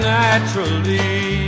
naturally